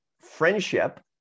friendship